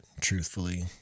truthfully